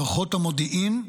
מערכות המודיעין,